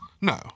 No